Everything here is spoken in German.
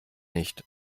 nicht